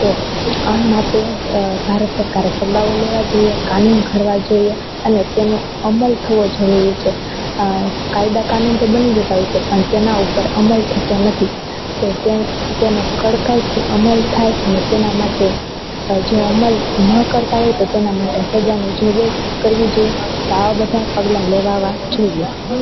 તો આ માટે ભારત સરકારે પગલાઓ લેવાં જોઈએ કાનૂન ઘડવા જોઈએ અને તેનો અમલ થવો જરૂરી છે કાયદા કાનૂન તો બની જતાં હોય છે પણ તેના ઉપર અમલ થતો નથી તો તેનો કડકાઈથી અમલ થાય અને તેના માટે જો અમલ ન કરતાં હોય તો તેના માટે સજાની જોગવાઈ કરવી જોઈએ તો આવા બધાં પગલાં લેવાવા જોઈએ